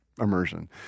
immersion